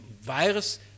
virus